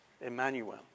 Emmanuel